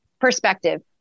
Perspective